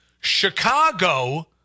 Chicago